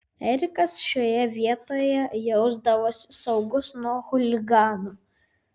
erikas šioje vietoje jausdavosi saugus nuo chuliganų